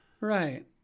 Right